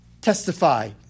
Testify